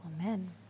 Amen